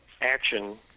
action